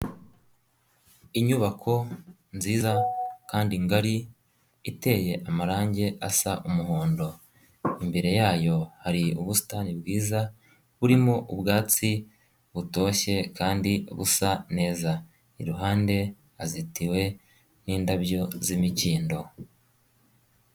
Inyubako nziza kandi ngari iteye amarange asa umuhondo, imbere yayo hari ubusitani bwiza burimo ubwatsi butoshye kandi busa neza, iruhande hazitiwe n'indabyo z'imikindo.